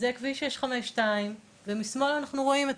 זה כביש 652 ומשמאל אנחנו רואים את